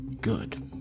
Good